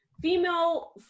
female